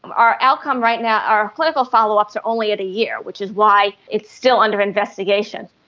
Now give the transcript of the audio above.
our outcome right now, our clinical follow-ups are only at a year, which is why it's still under investigation.